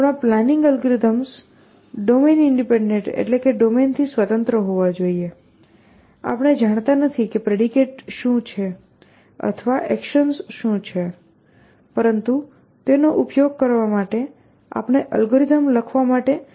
આપણા planning algorithms domain સ્વતંત્ર હોવા જોઈએ આપણે જાણતા નથી કે પ્રેડિકેટ્સ શું છે અથવા એકશન્સ શું છે પરંતુ તેનો ઉપયોગ કરવા માટે આપણે અલ્ગોરિધમ લખવા માટે સમર્થ હોવા જોઈએ